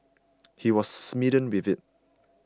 he was smitten with it